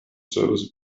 service